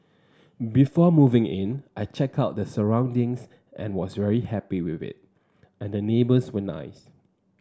before moving in I checked out the surroundings and was very happy with it and the neighbours were nice